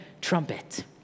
trumpet